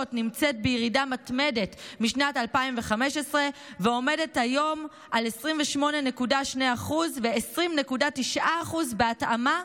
נמצאת בירידה מתמדת משנת 2015 ועומדת היום על 28.2% ו-20.9% בהתאמה,